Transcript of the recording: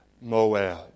Moab